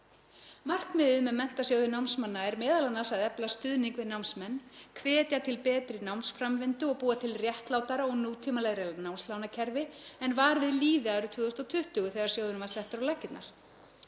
Markmiðið með Menntasjóði námsmanna er m.a. að efla stuðning við námsmenn, hvetja til betri námsframvindu og búa til réttlátara og nútímalegra námslánakerfi en var við lýði árið 2020 þegar sjóðurinn var settur á laggirnar,